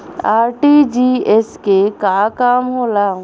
RTGS के का काम होला?